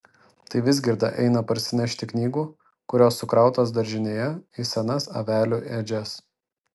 tai vizgirda eina parsinešti knygų kurios sukrautos daržinėje į senas avelių ėdžias